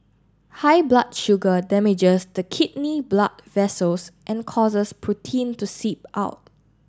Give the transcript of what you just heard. high blood sugar damages the kidney blood vessels and causes protein to seep out